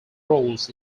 roles